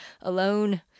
alone